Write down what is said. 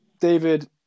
David